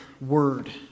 Word